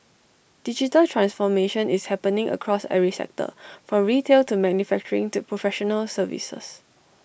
digital transformation is happening across every sector from retail to manufacturing to professional services